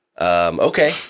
Okay